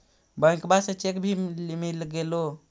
बैंकवा से चेक भी मिलगेलो?